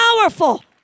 powerful